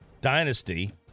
dynasty